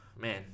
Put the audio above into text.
man